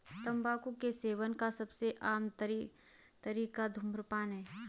तम्बाकू के सेवन का सबसे आम तरीका धूम्रपान है